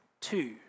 two